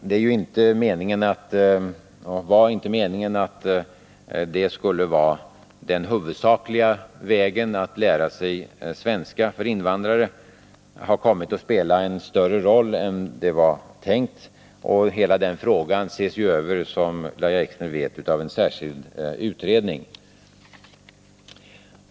Det är inte och var inte meningen att det skulle vara den huvudsakliga vägen för invandrare att lära sig svenska. Den har kommit att spela en större roll än som var tänkt. Hela den frågan ses, som Lahja Exner vet, över av en särskild utredning.